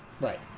Right